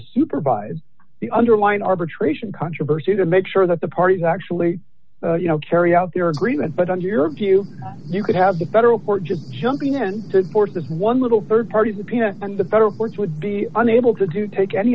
supervise the underlying arbitration controversy to make sure that the parties actually you know carry out their agreement but under your view you could have the federal court just jumping in to support this one little rd party subpoena and the federal courts would be unable to do take any